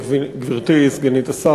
גברתי סגנית השר,